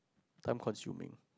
time consuming